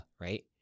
Right